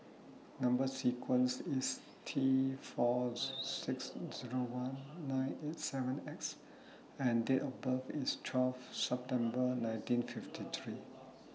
Number sequence IS T four six Zero one nine eight seven X and Date of birth IS twelve September nineteen fifty three